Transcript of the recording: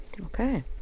Okay